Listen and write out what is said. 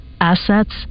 Assets